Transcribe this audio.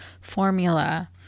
formula